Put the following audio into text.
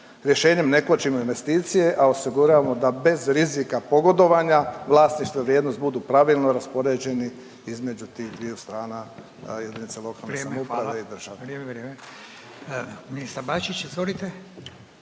rješenjem ne kočimo investicije, a osiguravamo da bez rizika pogodovanja vlasništva vrijednost budu pravilno raspoređeni između tih dviju strana …/Upadica Radin: Vrijeme hvala./… jedinice